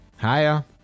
Hiya